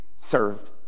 served